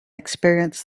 experience